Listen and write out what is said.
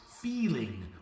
feeling